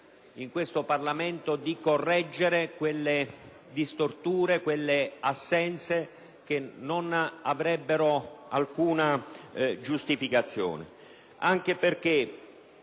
in questo Parlamento, di correggere quelle storture e quelle mancanze che non avrebbero alcuna giustificazione. Ricordo